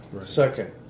Second